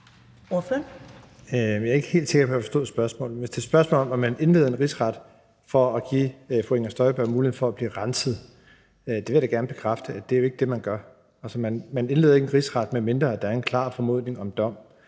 Bruus (S): Jeg er ikke helt sikker på, at jeg forstod spørgsmålet. Hvis det er et spørgsmål om, at man indleder en rigsret for at give fru Inger Støjberg muligheden for at blive renset, så vil jeg gerne bekræfte, at det jo ikke er det, man gør. Man indleder ikke en rigsretssag, medmindre der er en klar formodning om dom.